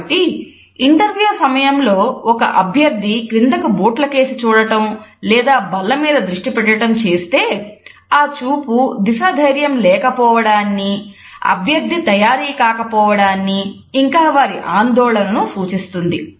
కాబట్టి ఇంటర్వ్యూ సమయంలో ఒక అభ్యర్థి క్రిందకు బూట్ల కేసి చూడటం లేదా బల్లమీద దృష్టి పెట్టడం చేస్తే ఆ చూపు దిశ ధైర్యం లేకపోవడాన్ని అభ్యర్థి తయారీ కాకపోవడాన్ని ఇంకా వారి ఆందోళనను సూచిస్తుంది